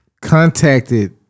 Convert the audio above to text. contacted